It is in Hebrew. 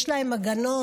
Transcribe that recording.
יש להם הגנות,